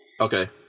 Okay